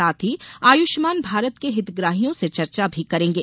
साथ ही आयुष्मान भारत के हितग्राहियों से चर्चा भी करेंगे